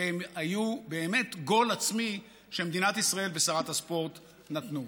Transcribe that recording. והם היו באמת גול עצמי שמדינת ישראל ושרת הספורט נתנו.